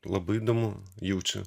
labai įdomu jaučiu